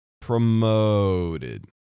promoted